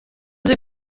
uzi